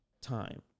time